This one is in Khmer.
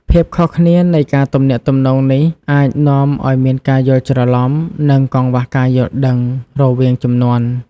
ភាពខុសគ្នានៃការទំនាក់ទំនងនេះអាចនាំឱ្យមានការយល់ច្រឡំ និងកង្វះការយល់ដឹងរវាងជំនាន់។